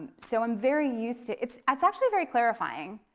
so i'm very used to, it's it's actually very clarifying.